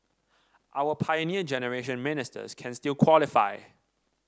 our Pioneer Generation Ministers can still qualify